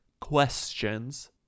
questions